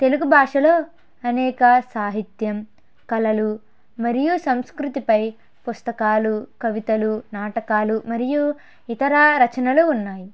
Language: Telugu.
తెలుగు భాషలో అనేక సాహిత్యం కళలు మరియు సంస్కృతిపై పుస్తకాలు కవితలు నాటకాలు మరియు ఇతరా రచనలు ఉన్నాయి